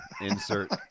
insert